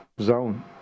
zone